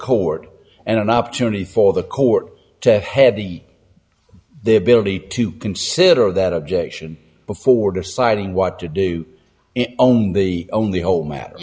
court and an opportunity for the court to have the their ability to consider that objection before deciding what to do in own the only whole matter